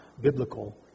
biblical